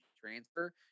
transfer